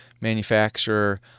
manufacturer